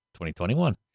2021